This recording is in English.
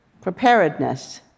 Preparedness